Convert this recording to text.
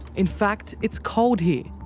in fact, it's cold here,